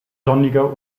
sonniger